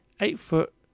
eight-foot